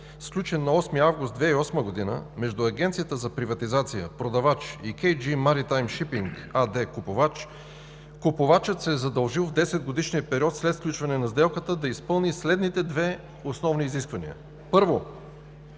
сключен на 8 август 2008 г. между Агенцията за приватизация – продавач, и „Кей Джи Маритайм Шипинг“ АД – купувач, купувачът се е задължил в 10-годишния период след сключване на сделката да изпълни следните две основни изисквания: Първо,